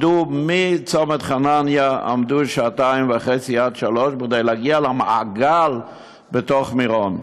מצומת חנניה עמדו שעתיים וחצי עד שלוש כדי להגיע למעגל בתוך מירון.